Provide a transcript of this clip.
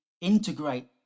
integrate